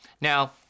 Now